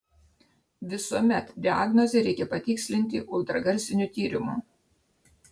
visuomet diagnozę reikia patikslinti ultragarsiniu tyrimu